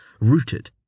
rooted